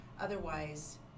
Otherwise